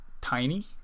tiny